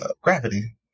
gravity